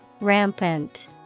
Rampant